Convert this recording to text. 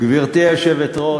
גברתי היושבת-ראש,